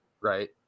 right